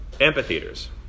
amphitheaters